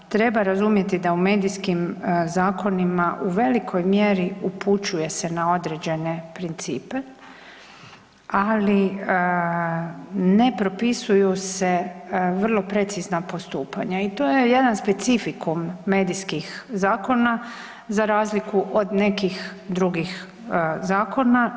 Treba razumjeti da u medijskim zakonima u velikoj mjeri upućuje se na određene principe, ali ne propisuju se vrlo precizna postupanja i to je jedan specifikum medijskih zakona za razliku od nekih drugih zakona.